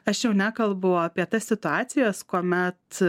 aš jau nekalbu apie tas situacijas kuomet